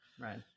right